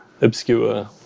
obscure